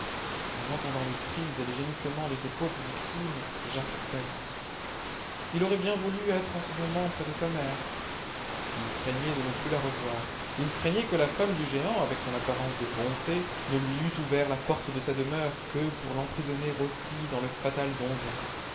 en entendant les cris et les gémissements de ces pauvres victimes jacques pâlit il aurait bien voulu être en ce moment près de sa mère il craignait de ne plus la revoir il craignait que la femme du géant avec son apparence de bonté ne lui eût ouvert la porte de sa demeure que pour l'emprisonner aussi dans le fatal donjon